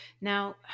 Now